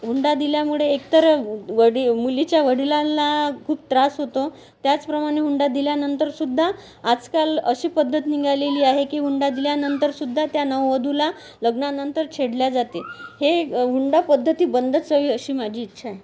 हुंडा दिल्यामुळे एकतर वडी मुलीच्या वडिलांना खूप त्रास होतो त्याचप्रमाणे हुंडा दिल्यानंतर सुद्धा आजकाल अशी पद्धत निघालेली आहे की हुंडा दिल्यानंतर सुद्धा त्या नववधूला लग्नानंतर छेडले जाते हे हुंडापद्धती बंदच व्हावी अशी माझी इच्छा आहे